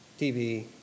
TV